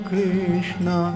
Krishna